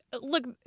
look